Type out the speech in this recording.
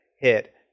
hit